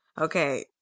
okay